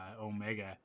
Omega